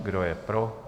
Kdo je pro?